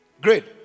Great